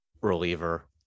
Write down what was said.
reliever